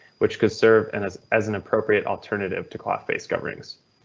which could serve and as as an appropriate alternative to cloth face coverings.